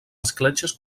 escletxes